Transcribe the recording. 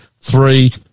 three